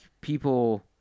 people